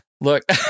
Look